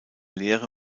lehre